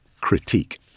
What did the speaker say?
critique